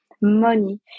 money